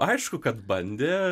aišku kad bandė